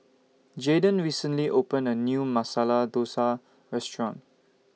Jaydon recently opened A New Masala Dosa Restaurant